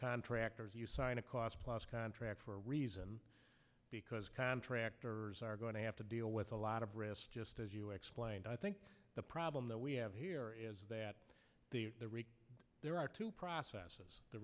contractors you sign a cost plus contracts for a reason because contractors are going to have to deal with a lot of risk just as you explained i think the problem that we have here is that there are two processes the